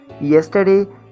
yesterday